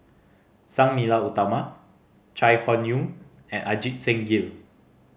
Sang Nila Utama Chai Hon Yoong and Ajit Singh Gill